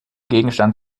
gegenstand